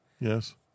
Yes